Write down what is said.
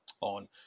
on